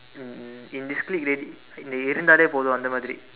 um in discrete already இருந்தாலே போதும் அந்த மாதிரி:irundthaalee poothum andtha maathiri